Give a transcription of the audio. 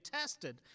tested